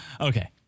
Okay